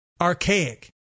archaic